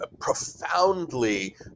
profoundly